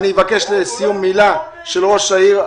לסיום, מילה של ראש העיר.